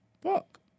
fuck